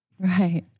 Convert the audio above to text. Right